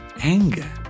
anger